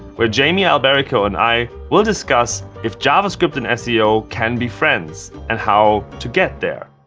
where jamie alberico and i will discuss if javascript and seo can be friends and how to get there.